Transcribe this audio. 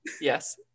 Yes